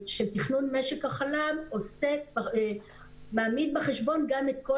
תכנון משק החלב מביא בחשבון גם את כל